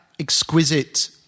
exquisite